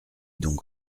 donc